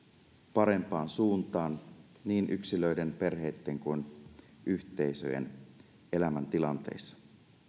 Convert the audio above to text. parempaan suuntaan niin yksilöiden perheitten kuin yhteisöjen elämäntilanteissa